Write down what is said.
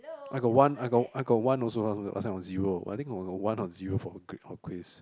I got one I got I got one also last last time was zero I think it was one or zero for a grade or a quiz